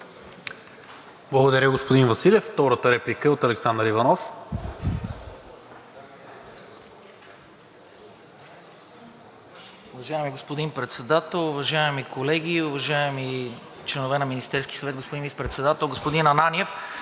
Благодаря, господин Василев. Втората реплика е от Александър Иванов.